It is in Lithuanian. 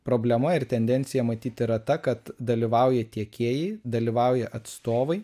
problema ir tendencija matyt yra ta kad dalyvauja tiekėjai dalyvauja atstovai